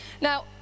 Now